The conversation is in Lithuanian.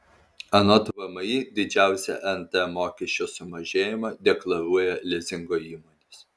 anot vmi didžiausią nt mokesčio sumažėjimą deklaruoja lizingo įmonės